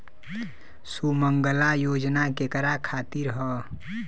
सुमँगला योजना केकरा खातिर ह?